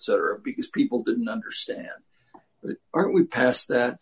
cetera because people didn't understand aren't we past that